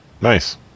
Nice